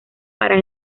para